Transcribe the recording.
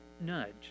nudge